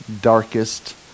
darkest